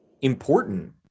important